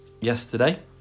yesterday